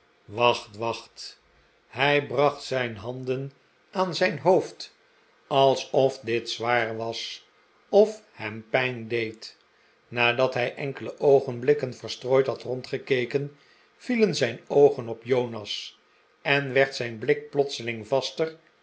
wacht wacht hij bracht zijn handen aan zijn hoofd alsof dit zwaar was of hem pijn deed nadat hij enkele oogenblikken verstrooid had rondgekeken vielen zijn oogen op jonas en werd zijn blik plotselihg vaster